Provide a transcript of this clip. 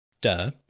duh